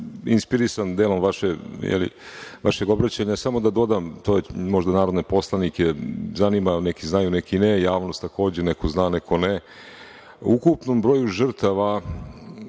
inspirisan delom vašeg obraćanja, samo da dodam, to možda narodne poslanike zanima, neki znaju, neki ne, u javnosti takođe neko zna, neko ne, u ukupnom broju žrtava